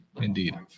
Indeed